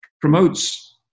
promotes